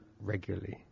regularly